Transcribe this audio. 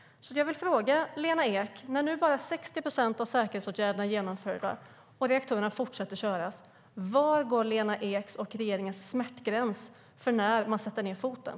Jag vill därför fråga Lena Ek: När nu bara 60 procent av säkerhetsåtgärderna är genomförda och reaktorerna fortsätter köras, var går Lena Eks och regeringens smärtgräns för när man sätter ned foten?